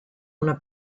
una